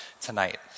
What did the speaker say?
tonight